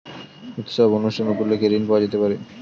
উৎসব অনুষ্ঠান উপলক্ষে ঋণ পাওয়া যেতে পারে?